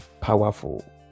powerful